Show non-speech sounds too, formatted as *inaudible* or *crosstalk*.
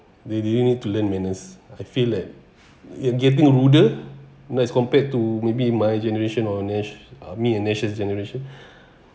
they didn't need to learn manners I feel that it getting ruder that's compared to maybe my generation or nesh uh me and nesh 's generation *breath*